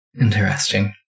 interesting